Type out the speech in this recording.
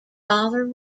father